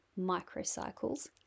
microcycles